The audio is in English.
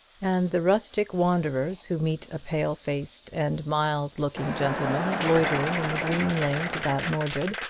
and the rustic wanderers who meet a pale-faced and mild-looking gentleman loitering in the green lanes about mordred,